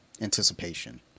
anticipation